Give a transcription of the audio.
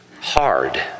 hard